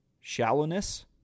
shallowness